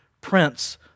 prince